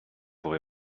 pour